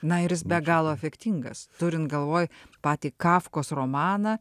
na ir jis be galo efektingas turint galvoj patį kafkos romaną